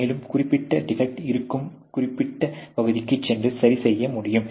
மேலும் குறிப்பிட்ட டிபெக்ட் இருக்கும் குறிப்பிட்ட பகுதிக்குச் சென்று சரிசெய்ய முடியும்